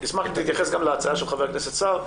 ואשמח אם תתייחס גם להצעה של חבר הכנסת סער,